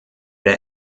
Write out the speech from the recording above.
der